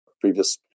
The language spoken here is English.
previous